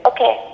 Okay